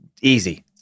Easy